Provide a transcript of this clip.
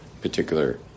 particular